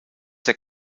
der